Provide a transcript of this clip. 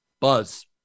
buzz